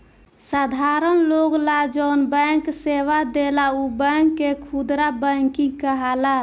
साधारण लोग ला जौन बैंक सेवा देला उ बैंक के खुदरा बैंकिंग कहाला